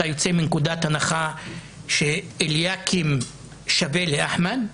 אתה יוצא מנקודת הנחה שאליקים שווה לאחמד,